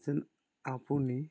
যেন আপুনি